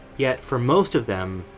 yet for most of them,